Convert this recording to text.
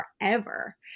forever